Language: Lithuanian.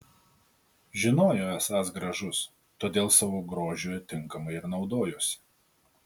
žinojo esąs gražus todėl savo grožiu tinkamai ir naudojosi